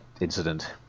incident